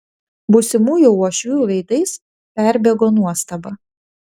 būsimųjų uošvių veidais perbėgo nuostaba